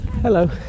Hello